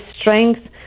strength